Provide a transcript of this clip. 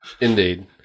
Indeed